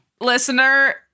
Listener